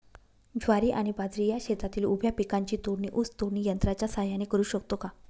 ज्वारी आणि बाजरी या शेतातील उभ्या पिकांची तोडणी ऊस तोडणी यंत्राच्या सहाय्याने करु शकतो का?